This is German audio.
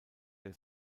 der